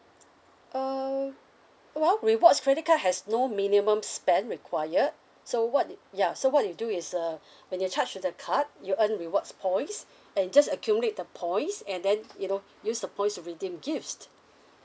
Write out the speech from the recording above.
uh well rewards credit card has no minimum spend required so what ya so what you do is uh when they charge to the card you earn rewards points and just accumulate the points and then you know use the points to redeem gifts